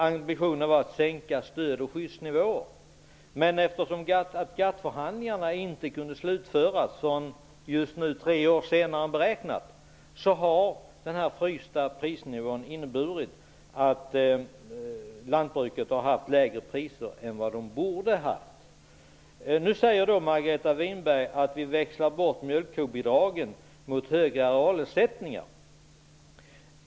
Ambitionen var att sänka stöd och skyddsnivåerna, men eftersom GATT förhandlingarna inte kunde slutföras förrän tre år senare än beräknat har den frysta prisnivån inneburit att lantbruket har haft lägre priser än det borde ha haft. Margareta Winberg säger att vi växlar mjölkkobidragen mot höga arealersättningar.